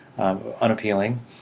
Unappealing